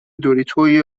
دوریتوی